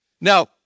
Now